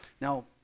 Now